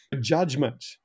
judgment